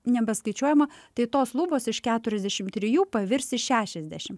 nebeskaičiuojama tai tos lubos iš keturiasdešim trijų pavirs į šešiasdešim